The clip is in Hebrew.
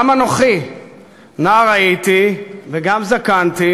גם אנוכי נער הייתי וגם זקנתי,